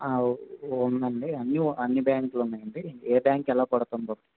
ఉందండి అన్ని అన్ని బ్యాంకులు ఉన్నాయండి ఏ బ్యాంక్ ఎలా పడుతుందో